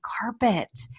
carpet